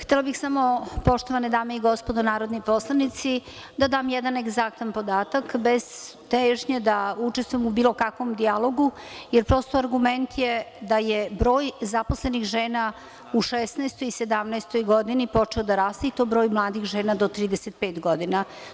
Htela bih samo poštovane dame i gospodo narodni poslanici da dam jedan egzaktan podatak, bez težnje da učestvujem u bilo kakvom dijalogu, jer prosto argument je da je broj zaposlenih žena u 2016. i 2017. godini počeo da raste, i to broj mladih žena do 35 godina.